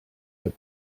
your